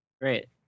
Great